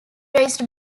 raised